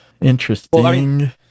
interesting